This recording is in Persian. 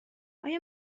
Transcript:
آیا